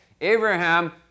Abraham